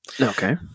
okay